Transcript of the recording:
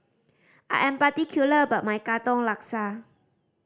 I am particular about my Katong Laksa